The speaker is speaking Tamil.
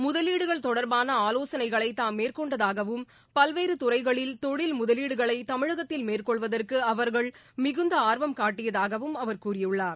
முதலீடுகள் தொடர்பான ஆலோசனைகளை தாம் மேற்கொண்டதாகவும் பல்வேறு துறைகளில் தொழில் முதலீடுகளை தமிழகத்தில் மேற்கொள்வதற்கு அவர்கள் மிகுந்த ஆர்வம் காட்டியதாகவும் அவர் கூறியுள்ளார்